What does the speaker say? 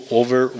over